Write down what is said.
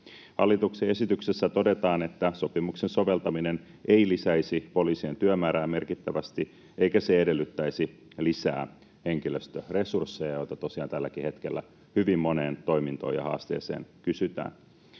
Hallituksen esityksessä todetaan, että sopimuksen soveltaminen ei lisäisi poliisien työmäärää merkittävästi eikä se edellyttäisi lisää henkilöstöresursseja, joita tosiaan tälläkin hetkellä hyvin moneen toimintoon ja haasteeseen kysytään.